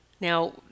Now